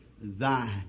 thine